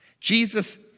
Jesus